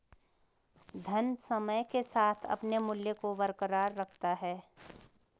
धन समय के साथ अपने मूल्य को बरकरार रखता है